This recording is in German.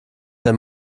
der